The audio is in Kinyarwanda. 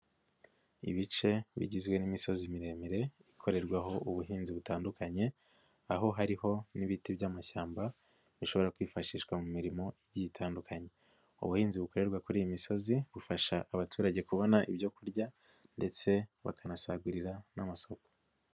Ibice bigizwe n'imisozi miremire, ikorerwaho ubuhinzi butandukanye, aho hariho n'ibiti by'amashyamba bishobora kwifashishwa mu mirimo igiye itandukanye, ubuhinzi bukorerwa kuri iyi misozi, bufasha abaturage kubona ibyo kurya ndetse bakanasagurira n'amasoko.